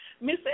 Miss